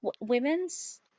women's